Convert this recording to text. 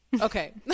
Okay